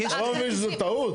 אתה לא מבין שזו טעות?